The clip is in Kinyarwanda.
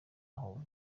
aho